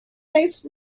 based